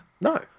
No